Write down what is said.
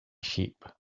sheep